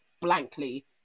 blankly